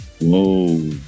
Whoa